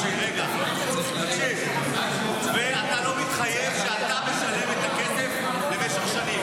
במועצה --- ואתה לא מתחייב שאתה משלם את הכסף למשך שנים?